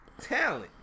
talent